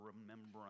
remembrance